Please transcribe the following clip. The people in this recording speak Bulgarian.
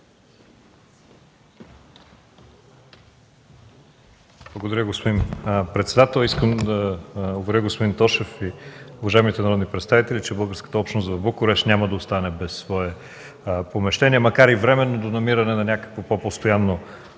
Благодаря, господин председател. Искам да уверя господин Тошев и уважаемите народни представители, че българската общност в Букурещ няма да остане без свое помещение, макар и временно до намиране на някакво по-постоянно